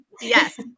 Yes